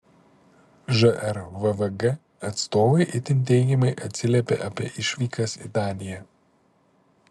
žrvvg atstovai itin teigiamai atsiliepė apie išvykas į daniją